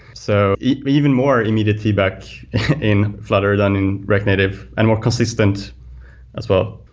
so, even more immediately feedback in flutter than in react native and more consistent as well.